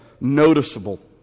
noticeable